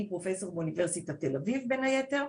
אני פרופסור באוניברסיטת תל אביב היתר,